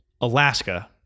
Alaska